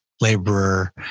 Laborer